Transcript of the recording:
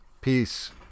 Peace